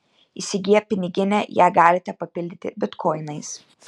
įsigiję piniginę ją galite papildyti bitkoinais